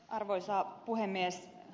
arvoisa puhemies